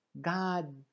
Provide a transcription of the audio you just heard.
God